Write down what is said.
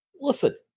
listen